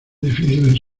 difíciles